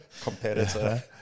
competitor